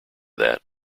that